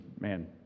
man